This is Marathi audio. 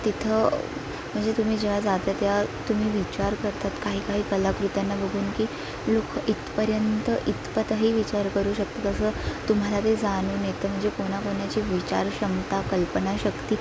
तिथं म्हणजे तुम्ही जेव्हा जाते तेव्हा तुम्ही विचार करतात काही काही कलाकृतींना बघून की लोक इथपर्यंत इतपतही विचार करू शकतात असं तुम्हाला ते जाणून येतं म्हणजे कोणाकोणाची विचारक्षमता कल्पनाशक्ती की